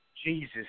Jesus